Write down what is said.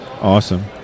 Awesome